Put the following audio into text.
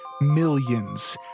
millions